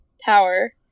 power